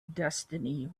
destiny